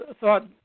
thought